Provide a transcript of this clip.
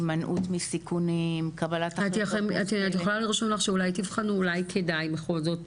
הימנעות מסיכונים --- את יכולה לרשום לך שאולי כדאי בכל זאת,